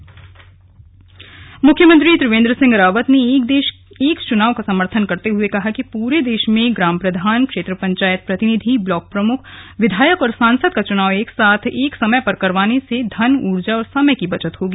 slug एक देश एक चुनाव मुख्यमंत्री त्रिवेंद्र सिंह रावत ने एक देश एक चुनाव का समर्थन करते हुए कहा कि पूरे देश में ग्राम प्रधान क्षेत्र पंचायत प्रतिनिधि ब्लॉक प्रमुख विधायक और सांसद का चुनाव एक साथ एक समय पर करवाने से धन ऊर्जा और समय की बचत होगी